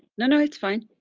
no, no, it's fine.